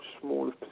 smaller